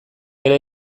ere